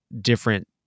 different